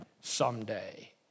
someday